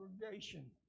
congregation